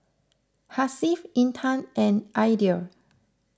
Hasif Intan and Aidil